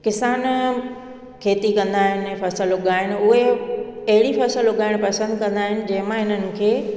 किसान खेती कंदा आहिनि फ़सुल उगाइण उहे अहिड़ी फ़सुल उगाइण पसंदि कंदा आहिनि जंहिंमां इन्हनि खे